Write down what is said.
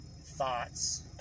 thoughts